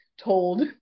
told